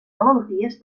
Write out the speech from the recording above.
malalties